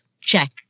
check